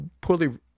poorly